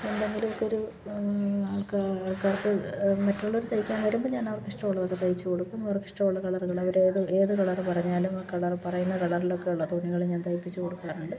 എന്തെങ്കിലും ഒക്കെ ഒരു ആൾക്കാർക്ക് മറ്റുള്ളവർ തയ്ക്കാൻ വരുമ്പം ഞാനവർക്ക് ഇഷ്ടമുള്ളതൊക്കെ തയ്ച്ച് കൊടുക്കും അവർക്കിഷ്ടം ഉള്ള കളറുകള് അവരേത് ഏത് കളറ് പറഞ്ഞാലും ആ കളറ് പറയുന്ന കളറിലൊക്കെ ഉള്ള തുണികൾ ഞാൻ തയ്പ്പിച്ച് കൊടുക്കാറുണ്ട്